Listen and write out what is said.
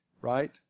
right